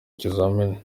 ikizamini